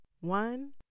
One